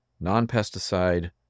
non-pesticide